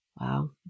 Wow